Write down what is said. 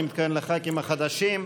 אני מתכוון לח"כים החדשים.